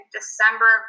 December